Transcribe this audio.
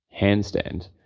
handstand